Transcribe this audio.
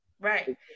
right